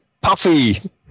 Puffy